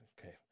Okay